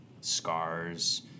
Scars